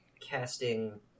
casting